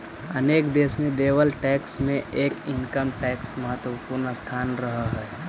अनेक देश में देवल टैक्स मे के इनकम टैक्स के महत्वपूर्ण स्थान रहऽ हई